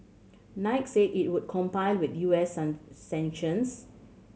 Nike said it would comply with U S sanctions